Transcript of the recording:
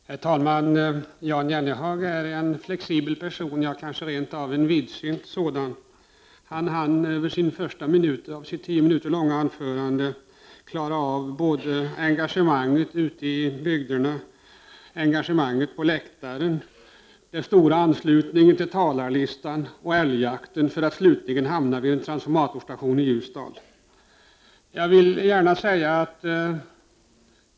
Herr talman! Jan Jennehag är en flexibel person, ja, kanske rent av en vidsynt person. Han hann under den första minuten av sitt över tio minuter långa anförande klara av både engagemanget ute i bygderna, engagemanget på läktaren, den stora anslutningen till talarlistan och älgjakten, för att slutligen hamna vid en transformatorstation i Ljusdal.